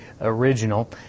original